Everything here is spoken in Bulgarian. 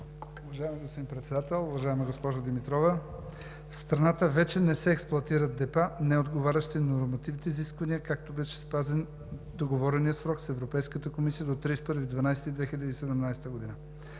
уважаема госпожо Димитрова! В страната вече не се експлоатират депа, неотговарящи на нормативните изисквания, както беше спазен договореният срок с Европейската комисия – до 31 декември